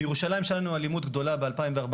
בירושלים, כשהייתה לנו אלימות גדולה ב-2014,